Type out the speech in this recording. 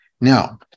Now